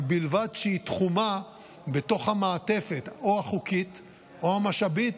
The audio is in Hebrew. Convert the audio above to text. ובלבד שהיא תחומה בתוך המעטפת החוקית או המשאבית,